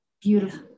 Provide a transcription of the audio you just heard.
Beautiful